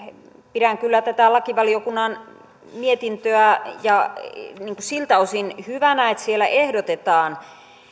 pidän kyllä tätä lakivaliokunnan mietintöä siltä osin hyvänä että siellä ehdotetaan